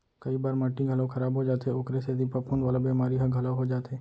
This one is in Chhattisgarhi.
कई बार माटी घलौ खराब हो जाथे ओकरे सेती फफूंद वाला बेमारी ह घलौ हो जाथे